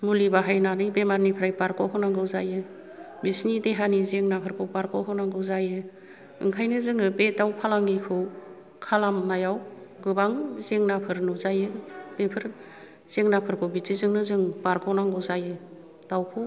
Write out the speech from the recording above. मुलि बाहायनानै बेरामनिफ्राय बारग' होनांगौ जायो बिसोरनि देहानि जेंनाफोरखौ बारग' होनांगौ जायो ओंखायनो जोङो बे दाव फालांगिखौ खालामनायाव गोबां जेंनाफोर नुजायो बेफोर जेंनाफोरखौ बिदिजोंनो जों बारग'नांगौ जायो दावखौ